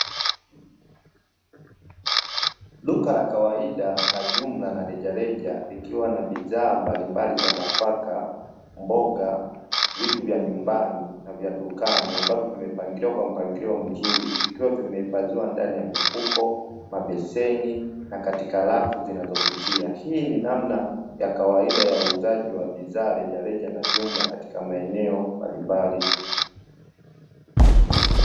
Duka la kawaida la jumla na rejareja likiwa na bidhaa mbalimbali za nafaka, mboga, vitu vya nyumbani na vya dukani; ambavyo vimepangiliwa kwa mpangilio mzuri vikiwa vimehifadhiwa ndani ya mifuko, mabeseni na katika rafu zinazovutia. Hii ni namna ya kawaida ya uuzaji wa bidhaa rejareja na jumla katika maeneo mbalimbali.